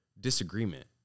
disagreement